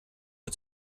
mir